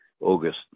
August